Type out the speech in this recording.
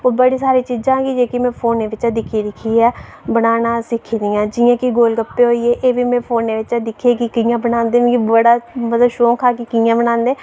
होर बड़ी सारी चीज़ां कि जेह्ड़ी में फोनै परा दिक्खी दिक्खियै बनाना सिक्खी दियां जियां कि गोल गप्पे एह्बी में फोनै परा दिक्खियै की कि'यां बनांदे मिगी बड़ा शौक हा की कि'यां बनांदे